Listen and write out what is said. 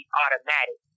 automatic